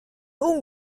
اون